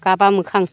गाबा मोखां